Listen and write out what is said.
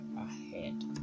ahead